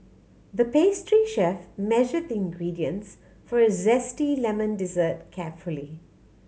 the pastry chef measured the ingredients for a zesty lemon dessert carefully